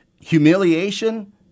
humiliation